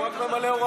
הוא רק ממלא הוראות.